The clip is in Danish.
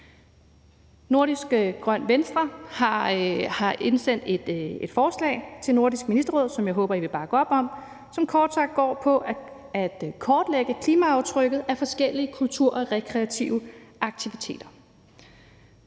Nordisk Grøn Venstre har indsendt et forslag til Nordisk Ministerråd, som vi håber at I vil bakke op om, og som kort sagt går på at kortlægge klimaaftrykket af forskellige kulturaktiviteter og rekreative aktiviteter.